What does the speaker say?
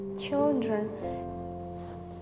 children